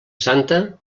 santa